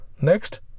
Next